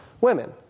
women